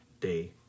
Day